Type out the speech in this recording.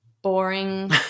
boring